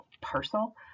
parcel